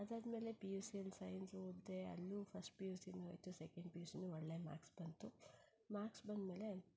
ಅದಾದ್ಮೇಲೆ P U ಸಿಯಲ್ಲಿ science ಓದಿದೆ ಅಲ್ಲೂ ಫಸ್ಟ್ ಪಿ ಯು ಸಿನೂ ಆಯಿತು ಸೆಕೆಂಡ್ ಪಿ ಯು ಸಿನೂ ಒಳ್ಳೆಯ ಮಾರ್ಕ್ಸ್ ಬಂತು ಮಾರ್ಕ್ಸ್ ಬಂದ ಮೇಲೆ